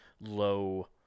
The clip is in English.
low